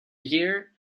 year